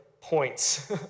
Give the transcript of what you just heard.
points